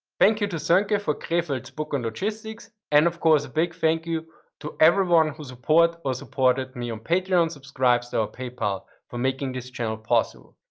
thank you to sonke for creveld's book on logistics. and of course, a big thank you to everyone who supports or supported me on patreon, subscribestar or paypal for making this channel possible.